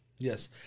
yes